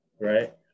right